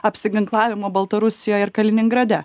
apsiginklavimo baltarusijoj ir kaliningrade